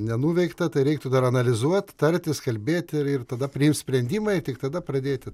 nenuveikta tai reiktų dar analizuot tartis kalbėt ir tada priimt sprendimą ir tik tada pradėti